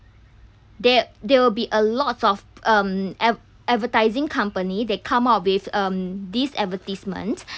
there there will be a lot of um ad~ advertising company they come up with um these advertisements